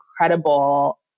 incredible